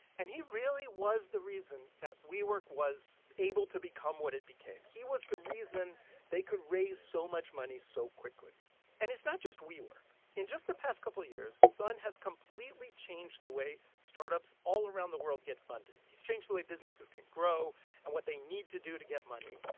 and he really was the reason that wework was able to become what it became. he was the reason they could raise so much money so quickly and it's not just wework. in just the past couple years, son has completely changed the way startups all around the world get funded. he's changed the way businesses can grow and what they need to do to get money.